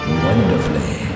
wonderfully